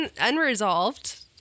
unresolved